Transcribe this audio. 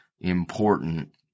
important